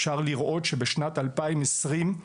אפשר לראות שבשנת 2020,